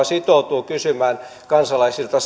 sitoutuu kysymään kansalaisilta